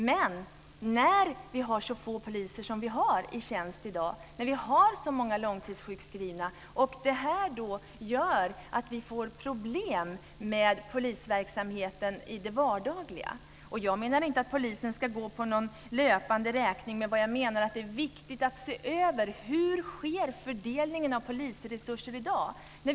Men när vi har så få poliser som vi har i tjänst i dag och när vi har så många långtidssjukskrivna så gör detta att vi får problem med polisverksamheten i det vardagliga. Jag menar inte att polisen ska gå på någon löpande räkning, men jag menar att det är viktigt att se över hur fördelningen av polisresurser sker i dag.